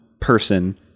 person